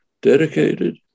Dedicated